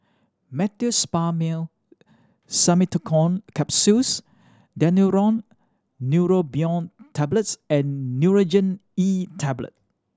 Meteospasmyl Simeticone Capsules Daneuron Neurobion Tablets and Nurogen E Tablet